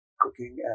cooking